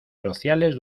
sociales